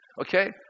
Okay